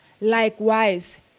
Likewise